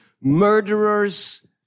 murderers